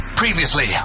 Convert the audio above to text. Previously